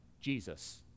Jesus